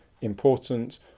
important